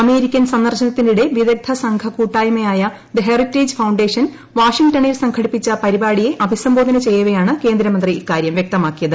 American സന്ദർശനത്തിനിടെ വിദഗ്ധ സംഘ കൂട്ടായ്മയായ ദി ഹെറിറ്റേജ് ഫൌണ്ടേഷൻ വാഷിംഗ്ടണിൽ സംഘടിപ്പിച്ച പരിപാടിയെ അഭിസംബോധന ചെയ്യവെയാണ് കേന്ദ്രമന്ത്രി ഇക്കാര്യം വ്യക്തമാക്കിയത്